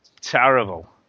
terrible